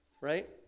right